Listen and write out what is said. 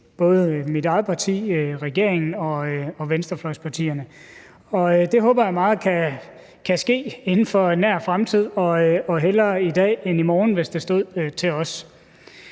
både mit eget parti, regeringen og venstrefløjspartierne, og det håber jeg meget kan ske inden for en nær fremtid – og hellere i dag end i morgen, hvis det står til os.